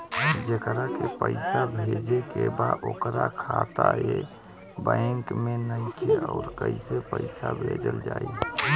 जेकरा के पैसा भेजे के बा ओकर खाता ए बैंक मे नईखे और कैसे पैसा भेजल जायी?